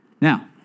Now